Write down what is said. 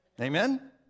Amen